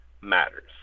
matters